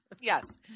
Yes